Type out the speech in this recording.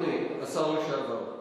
אדוני השר לשעבר.